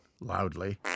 loudly